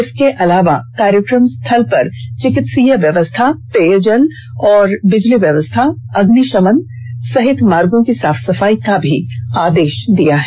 इसके अलावा कार्यक्रम स्थल पर चिकित्सीय व्यवस्था पेयजल और बिजली व्यवस्था अग्निशमन व्यवस्था सहित मार्गों की साफ सफाई का भी आदेश दिया है